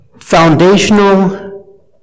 foundational